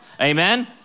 Amen